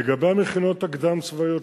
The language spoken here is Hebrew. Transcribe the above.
לגבי המכינות הקדם-צבאיות,